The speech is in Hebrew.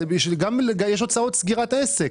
יש הוצאות סגירת עסק.